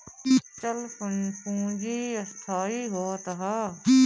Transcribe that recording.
चल पूंजी अस्थाई होत हअ